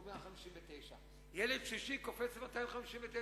הוא 159. ילד שלישי קופץ ל-259.